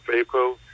April